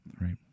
right